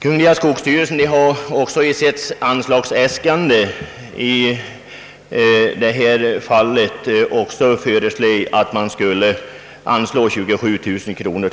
Kungl. skogsstyrelsen har också i sitt anslagsäskande upptagit ett anslag till skogsskolan i Gammelkroppa på 27 000 kronor.